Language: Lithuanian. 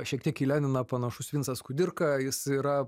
šiek tiek į leniną panašus vincas kudirka jis yra